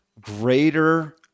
greater